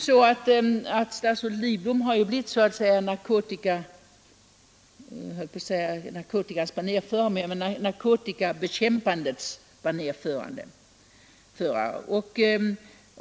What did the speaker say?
Statsrådet Lidbom har ju blivit narkotikabekämpandets banerförare.